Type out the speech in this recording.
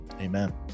amen